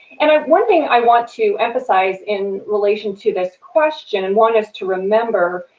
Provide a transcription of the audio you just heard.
and one thing i want to emphasize in relation to this question and want us to remember,